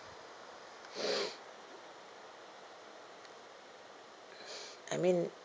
I mean